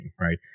right